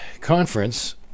conference